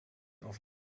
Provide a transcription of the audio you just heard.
auf